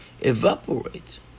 evaporate